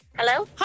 Hello